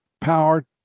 power